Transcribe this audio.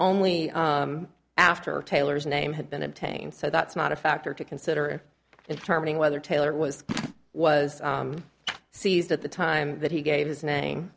only after taylor's name had been obtained so that's not a factor to consider is turning whether taylor was was seized at the time that he gave his name